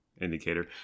indicator